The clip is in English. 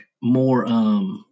more